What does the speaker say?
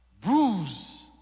bruise